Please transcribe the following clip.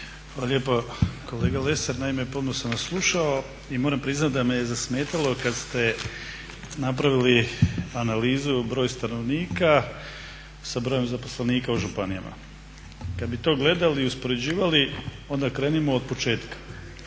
Hvala lijepa. Kolega Lesar naime pomno sam vas slušao i moram priznati da me je zasmetalo kada ste napravili analizu broj stanovnika sa brojem zaposlenika u županijama. Kada bi to gledali i uspoređivali onda krenimo od početka.